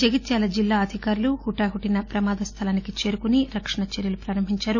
జగిత్యాల జిల్లా అధికారులు హుటాహుటినా ప్రమాదస్థలానికి చేరుకుని రక్షణ చర్యలు ప్రారంబించారు